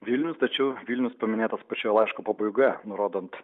vilnius tačiau vilnius paminėtas pačioje laiško pabaigoje nurodant